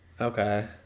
okay